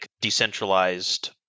decentralized